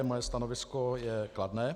Moje stanovisko je kladné.